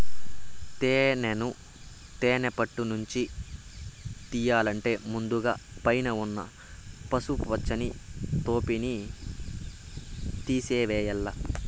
తేనెను తేనె పెట్టలనుంచి తియ్యల్లంటే ముందుగ పైన ఉన్న పసుపు పచ్చని టోపిని తేసివేయల్ల